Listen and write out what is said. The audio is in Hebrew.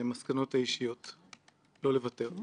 עדיין אין הצלחה אבל יצרתם את הסדק הגדול הזה.